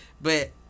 But-